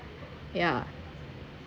yeah